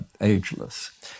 ageless